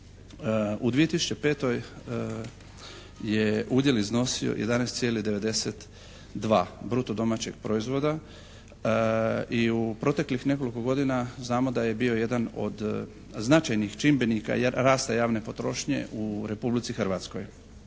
u 2005. je udjel iznosio 11,92 bruto domaćeg proizvoda i u proteklih nekoliko godina znamo da je bio jedan od značajnih čimbenika rasta javne potrošnje u Republici Hrvatskoj.